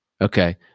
Okay